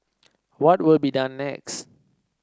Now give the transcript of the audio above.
what will be done next